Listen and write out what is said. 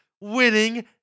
winning